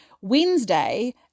Wednesday